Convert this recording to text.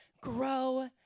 Grow